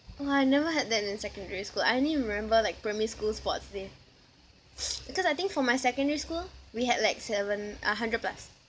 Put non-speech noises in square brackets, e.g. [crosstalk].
!wah! I never had that in secondary school I only remember like primary school sports day [breath] cause I think for my secondary school we had like seven uh hundred plus